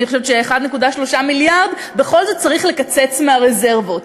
אני חושבת ש-1.3 מיליארד בכל זאת צריך לקצץ מהרזרבות.